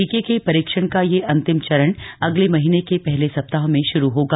टीके के परीक्षण का यह अंतिम चरण अगले महीने के पहले सप्ताह में श्रू होगा